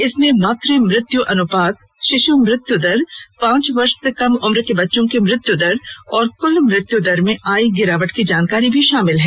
इसमें मात मृत्यु अनुपात शिश् मृत्यु दर पांच वर्ष से कम उम्र के बच्चों की मृत्यु दर और कुल मृत्यु दर में आई गिरावट की जानकारी भी शामिल है